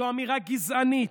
זו אמירה גזענית,